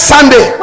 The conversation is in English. Sunday